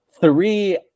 three